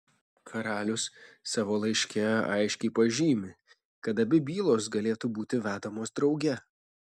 karalius savo laiške aiškiai pažymi kad abi bylos galėtų būti vedamos drauge